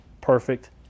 perfect